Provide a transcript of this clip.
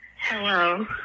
Hello